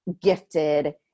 gifted